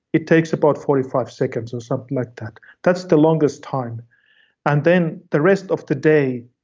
it takes about forty five seconds or something like that. that's the longest time and then the rest of the day,